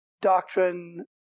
doctrine